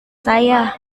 saya